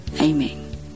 Amen